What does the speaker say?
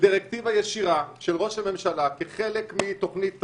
דירקטיבה ישירה של ראש הממשלה כחלק מהתוכנית טראמפ,